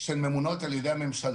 שהן ממונות על ידי הממשלה,